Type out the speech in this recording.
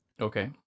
Okay